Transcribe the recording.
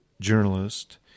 journalist